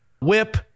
WHIP